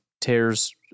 tears